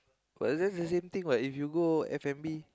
but is just the same thing what if you go F-and-B